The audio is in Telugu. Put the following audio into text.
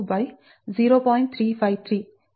353 mHkm